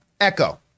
Echo